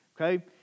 okay